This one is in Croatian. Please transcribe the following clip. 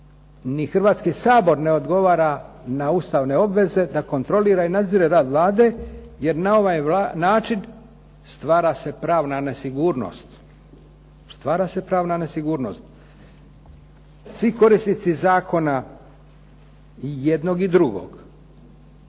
Ni Hrvatski sabor ne odgovara na ustavne obveze da kontrolira i nadzire rad Vlade jer na ovaj način stvara se pravna nesigurnost. Stvara se pravna nesigurnost. Svi korisnici zakona jednog i drugog